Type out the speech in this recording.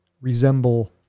resemble